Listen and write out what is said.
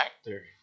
actor